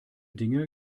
dinge